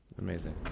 Amazing